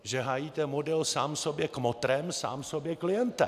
Že hájíte model sám sobě kmotrem, sám sobě klientem?